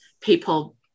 people